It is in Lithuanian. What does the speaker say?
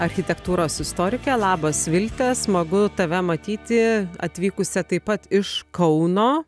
architektūros istorikė labas vilte smagu tave matyti atvykusią taip pat iš kauno